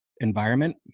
environment